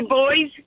boys